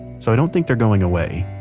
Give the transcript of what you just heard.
so i don't think they're going away.